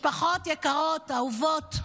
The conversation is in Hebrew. משפחות יקרות, אהובות,